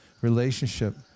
relationship